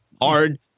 hard